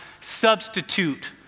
substitute